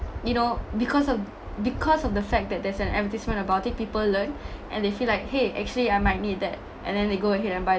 you know because of because of the fact that there's an advertisement about it people learn and they feel like !hey! actually I might need that and then they go ahead and buy